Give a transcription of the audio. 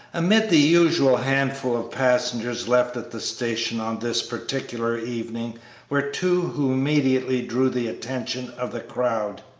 amid the usual handful of passengers left at the station on this particular evening were two who immediately drew the attention of the crowd.